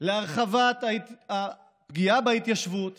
להרחבת הפגיעה בהתיישבות